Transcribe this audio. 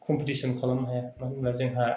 competition खालामनो हाया मानोहोनोबा जोंहा